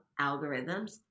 algorithms